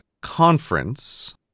conference